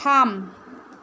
थाम